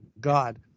god